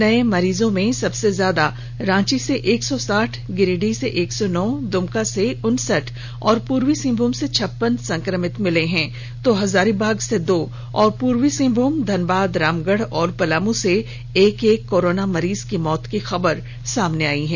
नए मरीजों में सबसे ज्यादा रांची से एक सौ साठ गिरिडीह से एक सौ नौ दुमका से उनसठ और पूर्वी सिंहभूम से छप्पन संक्रमित मिले हैं तो हजारीबाग से दो और पूर्वी सिंहभूम धनबाद रामगढ़ एवं पलामू से एक एक कोरोना मरीज की मौत की खबर है